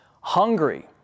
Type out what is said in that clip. hungry